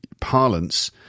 parlance